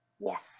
Yes